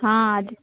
ಹಾಂ ಅದು